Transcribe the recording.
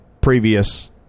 previous